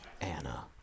Anna